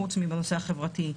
חוץ מהנושא החברתי,